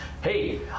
Hey